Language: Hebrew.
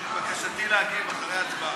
את בקשתי להגיב אחרי ההצבעה.